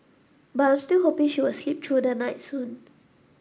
but I'm still hoping she will sleep through the night soon